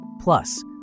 Plus